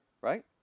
Right